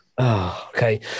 okay